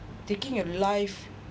taking a life